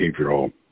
behavioral